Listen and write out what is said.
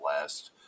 last